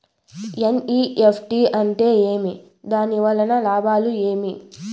NEFT అంటే ఏమి? దాని వలన లాభాలు ఏమేమి